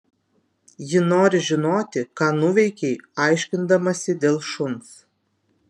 ji nori žinoti ką nuveikei aiškindamasi dėl šuns